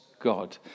God